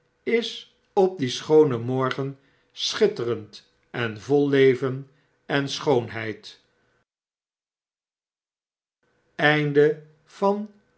is op dien schoonen morgen schitterend en vol leven en schoonheid